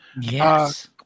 Yes